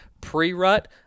pre-rut